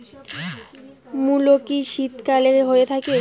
মূলো কি শীতকালে হয়ে থাকে?